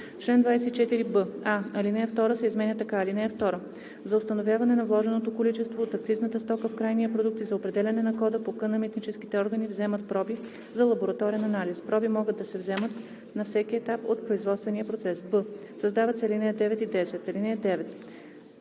изменя така: „(2) За установяване на вложеното количество от акцизната стока в крайния продукт и за определяне на кода по КН митническите органи вземат проби за лабораторен анализ. Проби могат да се вземат на всеки етап от производствения процес.“; б) създават се ал. 9 и 10: „(9)